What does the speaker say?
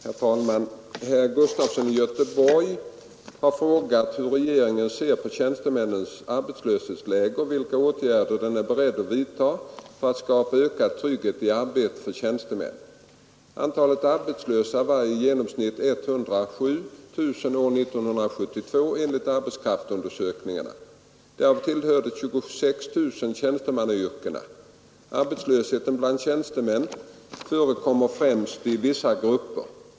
Herr talman! Herr Gustafson i Göteborg har frågat hur regeringen ser på tjänstemännens arbetslöshetsläge och vilka åtgärder den är beredd att vidta för att skapa ökad trygghet i arbetet för tjänstemän. Antalet arbetslösa var i genomsnitt 107 000 år 1972 enligt arbetskraftsundersökningarna. Därav tillhörde 26 000 tjänstemannayrkena. Arbetslöshet bland tjänstemän förekommer främst i vissa grupper.